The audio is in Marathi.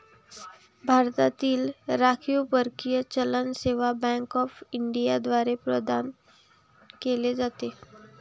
भारतातील राखीव परकीय चलन सेवा बँक ऑफ इंडिया द्वारे प्रदान केले जाते